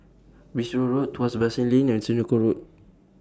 Bristol Road Tuas Basin Lane and Senoko Road